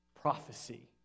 prophecy